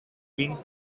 been